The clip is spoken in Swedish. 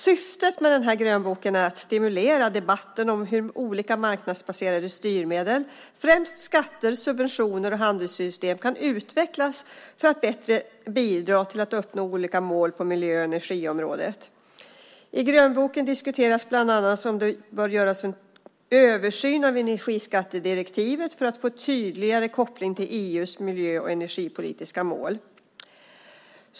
Syftet med denna grönbok är att stimulera debatten om hur olika marknadsbaserade styrmedel, främst skatter, subventioner och handelssystem, kan utvecklas för att bättre bidra till att uppnå olika mål på miljö och energiområdet. I grönboken diskuteras bland annat om det bör göras en översyn av energiskattedirektivet för att få en tydligare koppling till EU:s miljö och energipolitiska mål.